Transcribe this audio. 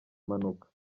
mpanuka